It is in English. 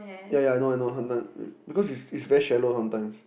yea yea I know I know sometime because is is very shallow sometime